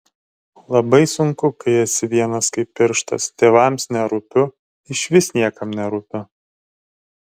labai sunku kai esi vienas kaip pirštas tėvams nerūpiu išvis niekam nerūpiu